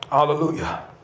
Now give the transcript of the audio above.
Hallelujah